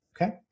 Okay